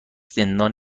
زندان